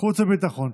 החוץ והביטחון.